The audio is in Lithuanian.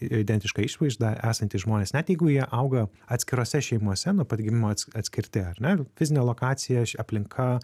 identiška išvaizda esantys žmonės net jeigu jie auga atskirose šeimose nuo pat gimimo ats atskirti ar ne fizinė lokacija aplinka